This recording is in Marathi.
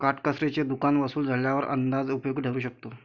काटकसरीचे दुकान वसूल झाल्यावर अंदाज उपयोगी ठरू शकतो